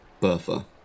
Bertha